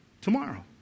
tomorrow